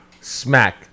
smack